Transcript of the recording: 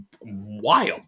wild